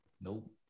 Nope